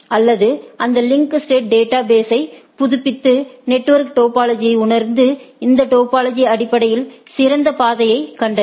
அல்லது அதன் link state data பேஸைபுதுப்பித்து நெட்வொர்க் டோபாலஜி உணர்ந்து இந்த டோபாலஜி அடிப்படையில் சிறந்த பாதையைக் கண்டறியும்